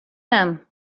them